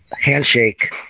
handshake